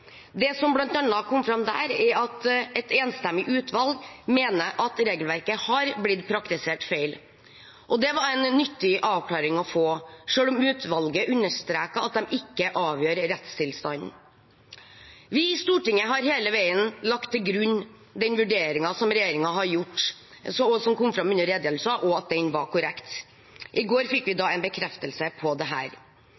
Det som bl.a. kom fram der, er at et enstemmig utvalg mener at regelverket har blitt praktisert feil. Det var en nyttig avklaring å få, selv om utvalget understreker at de ikke avgjør rettstilstanden. Vi i Stortinget har hele veien lagt til grunn den vurderingen som regjeringen har gjort, som kom fram under redegjørelsen, og at den var korrekt. I går fikk vi